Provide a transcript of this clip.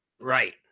Right